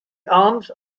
arms